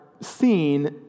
seen